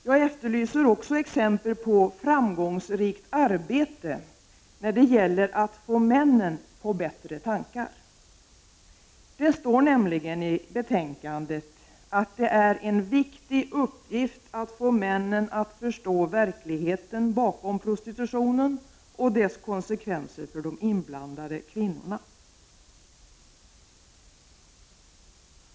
Jag efterlyser också exempel på framgångsrikt arbete när det gäller att få männen på bättre tankar. Det står nämligen i betänkandet att det är en viktig uppgift att få männen att förstå verkligheten bakom prostitutionen och dess konsekvenser för de inblandade kvinnorna.